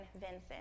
Vincent